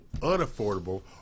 unaffordable